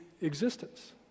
existence